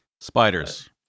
Spiders